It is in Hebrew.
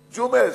ג'ומס,